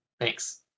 Thanks